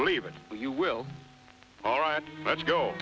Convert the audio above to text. believe but you will all right let's go